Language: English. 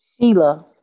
sheila